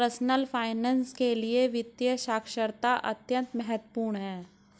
personal finance के लिए वित्तीय साक्षरता अत्यंत महत्वपूर्ण है